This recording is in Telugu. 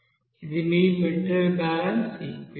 ఇది మీ మెటీరియల్ బ్యాలెన్స్ ఈక్వెషన్